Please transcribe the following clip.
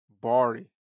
Bari